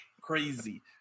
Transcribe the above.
Crazy